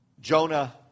Jonah